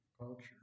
culture